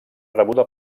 rebuda